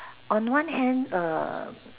on one hand um